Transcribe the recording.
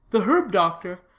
the herb-doctor,